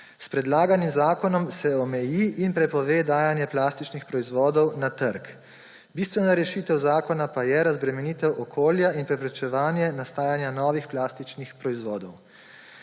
S predlaganim zakonom se omeji in prepove dajanje plastičnih proizvodov na trg. Bistvena rešitev zakona pa je razbremenitev okolja in preprečevanje nastajanja novih plastičnih proizvodov.